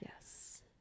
Yes